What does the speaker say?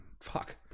Fuck